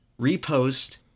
repost